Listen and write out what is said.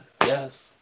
Yes